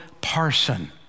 parson